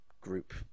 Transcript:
group